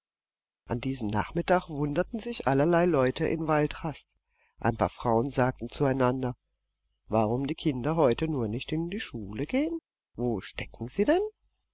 an diesem nachmittag wunderten sich allerlei leute in waldrast ein paar frauen sagten zueinander warum die kinder heute nur nicht in die schule gehen wo stecken sie denn